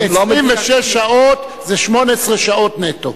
אתם לא, 26 שעות זה 18 שעות נטו.